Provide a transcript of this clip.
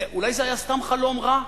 אולי זה היה סתם חלום רע?